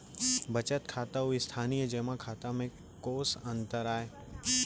बचत खाता अऊ स्थानीय जेमा खाता में कोस अंतर आय?